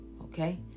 Okay